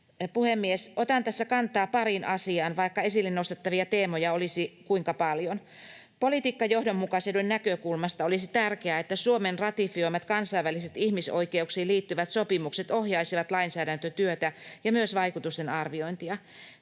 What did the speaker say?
Puhemies! Otan tässä kantaa pariin asiaan, vaikka esille nostettavia teemoja olisi vaikka kuinka paljon. Politiikkajohdonmukaisuuden näkökulmasta olisi tärkeää, että Suomen ratifioimat kansainväliset ihmisoikeuksiin liittyvät sopimukset ohjaisivat lainsäädäntötyötä ja myös vaikutusten arviointia.